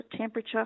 temperature